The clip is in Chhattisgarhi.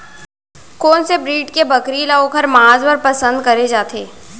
कोन से ब्रीड के बकरी ला ओखर माँस बर पसंद करे जाथे?